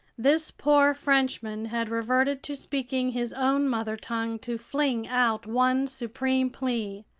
this poor frenchman had reverted to speaking his own mother tongue to fling out one supreme plea!